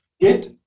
Get